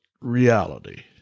reality